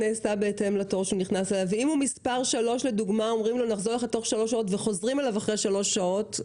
אם הוא מספר 3 לדוגמה וחוזרים אליו תוך שלוש שעות,